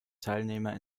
teilnehmer